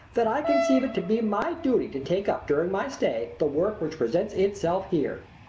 that i conceive it to be my duty to take up during my stay the work which presents itself here.